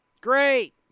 Great